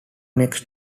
next